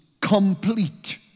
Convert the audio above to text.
complete